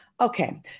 Okay